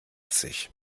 sich